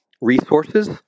resources